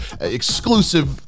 exclusive